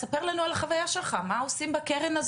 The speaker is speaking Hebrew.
ספר לנו מה עושים בקרן.